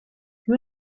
più